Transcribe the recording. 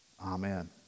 Amen